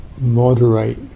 moderate